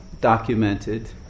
documented